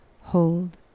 hold